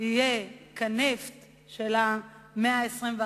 יהיה כנפט של המאה ה-21.